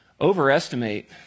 overestimate